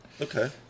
Okay